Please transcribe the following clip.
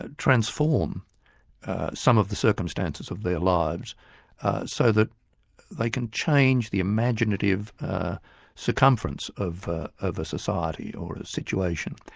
ah transform some of the circumstances of their lives so that they can change the imaginative circumference of ah of a society or a situation.